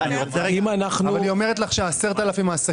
היא אומרת לך ש-10,000 יותר